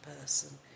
person